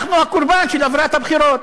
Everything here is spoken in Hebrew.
אנחנו הקורבן של אווירת הבחירות.